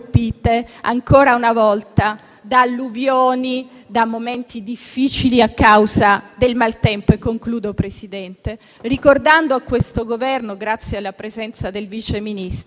ancora una volta, da alluvioni e hanno vissuto momenti difficili a causa del maltempo. Concludo ricordando a questo Governo, grazie alla presenza del Vice Ministro,